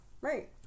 right